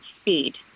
speed